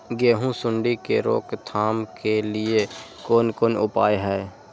गेहूँ सुंडी के रोकथाम के लिये कोन कोन उपाय हय?